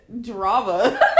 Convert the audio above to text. drama